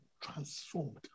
transformed